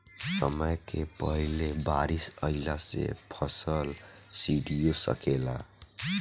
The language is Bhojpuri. समय से पहिले बारिस अइला से फसल सडिओ सकेला